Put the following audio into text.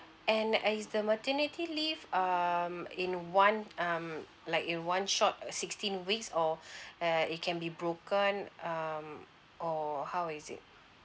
and is the maternity leave um in one um like in one shot sixteen weeks or uh it can be broken um or how is it